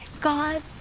God